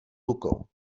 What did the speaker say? rukou